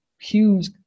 huge